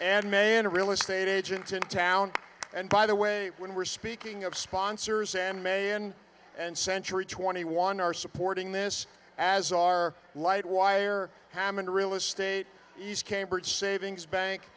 and man a real estate agent in town and by the way when we're speaking of sponsors and marian and century twenty one are supporting this as our light wire common real estate news cambridge savings bank